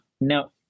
no